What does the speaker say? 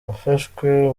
hafashwe